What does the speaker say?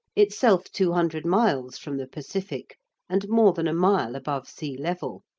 itself two hundred miles from the pacific and more than a mile above sea-level.